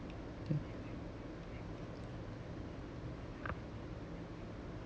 yeah